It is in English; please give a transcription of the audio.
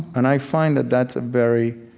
and i find that that's a very